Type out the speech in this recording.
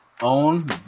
own